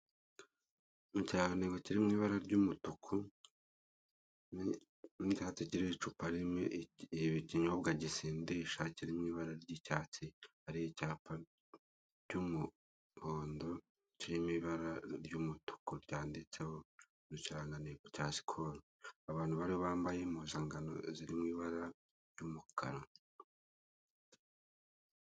Ikirangantego kiri mu ibara ry'umutuku hateretse icupa rimwe ikinyobwa gisindisha ki mu ibara ry'icyatsi, hari icyapa cy'umuhondo kirimo ibara ry'umutuku ryanditseho ikirangantego cya sikoru abantu bariho bambambaye impuzankano ziri mu ibara ry'umukara.